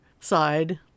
side